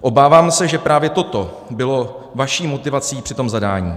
Obávám se, že právě toto bylo vaší motivací při tom zadání.